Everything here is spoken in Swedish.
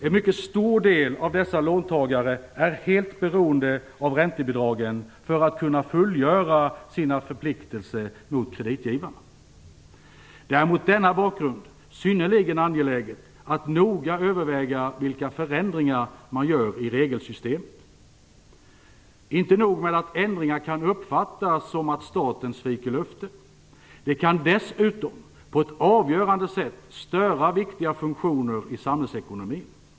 En mycket stor del av dessa låntagare är helt beroende av räntebidragen för att kunna fullgöra sina förpliktelser mot kreditgivarna. Det är mot denna bakgrund synnerligen angeläget att noga överväga vilka förändringar man gör i regelsystemet. Inte nog med att ändringar kan uppfattas som att staten sviker löften - de kan dessutom på ett avgörande sätt störa viktiga funktioner i samhällsekonomin.